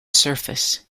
surface